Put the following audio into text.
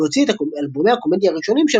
והוציא את אלבומי הקומדיה הראשונים שלו,